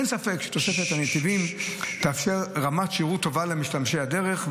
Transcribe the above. אין ספק שתוספת הנתיבים תאפשר רמת שירות טובה למשתמשי הדרך,